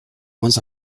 moins